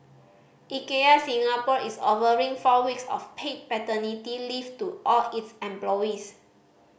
Ikea Singapore is offering four weeks of paid paternity leave to all its employees